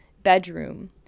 bedroom